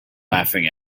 laughing